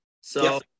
So-